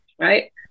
Right